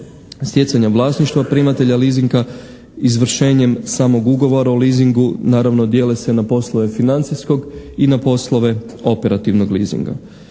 stjecanje vlasništva primatelja leasinga, izvršenjem samog ugovora o leasingu naravno dijele se na poslove financijskog i na poslove operativnog leasinga.